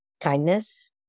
kindness